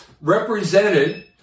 represented